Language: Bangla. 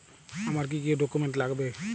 আমার কি কি ডকুমেন্ট লাগবে?